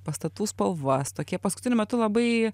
pastatų spalvas tokie paskutiniu metu labai